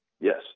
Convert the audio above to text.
Yes